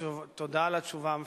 תודה על התשובה המפורטת.